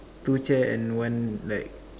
two chair and one like